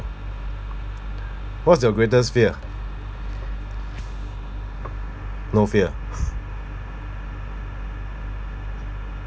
what's your greatest fear no fear